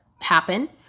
happen